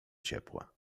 ciepła